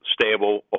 stable